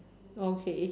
oh okay